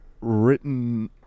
written